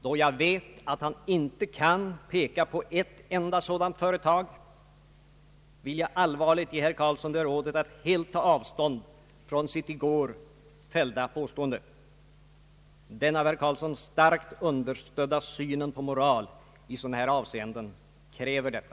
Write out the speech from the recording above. Då jag vet att han inte kan peka på ett enda sådant företag, vill jag allvarligt ge herr Karlsson det rådet att helt ta avstånd från sitt i går gjorda påstående. Den av herr Karlsson starkt understödda synen på moral i sådana här avseenden kräver detta.